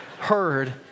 heard